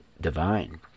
divine